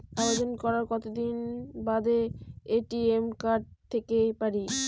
আবেদন করার কতদিন বাদে এ.টি.এম কার্ড পেতে পারি?